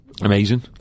Amazing